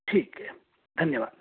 ठीक है धन्यवाद